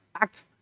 act